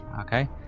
Okay